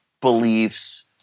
beliefs